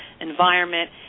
environment